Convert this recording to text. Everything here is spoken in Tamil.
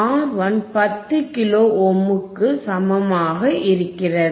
R 1 10 கிலோ ஓம்களுக்கு சமமாக இருக்கிறது